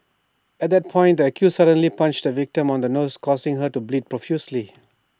at that point the accused suddenly punched the victim on the nose causing her to bleed profusely